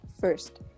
first